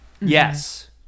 Yes